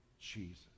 Jesus